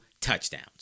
touchdowns